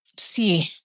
See